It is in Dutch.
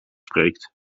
spreekt